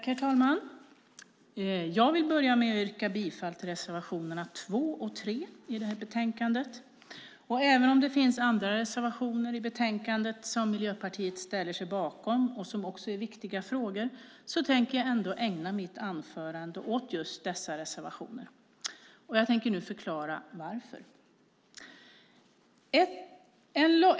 Herr talman! Jag vill börja med att yrka bifall till reservation 2 och 3 i det här betänkandet. Och även om det finns andra reservationer i betänkandet som MP ställer sig bakom om och som också är viktiga frågor tänker jag ändå ägna mitt anförande åt just dessa reservationer. Jag tänker nu förklara varför.